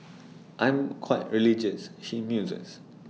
I'm quite religious she muses